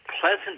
pleasant